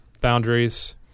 boundaries